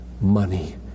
money